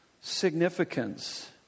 significance